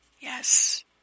Yes